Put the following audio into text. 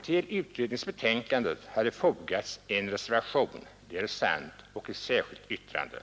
Till utredningsbetänkandet hade fogats en reservation, det är sant, och ett särskilt yttrande.